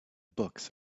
box